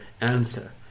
answer